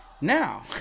now